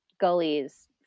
gullies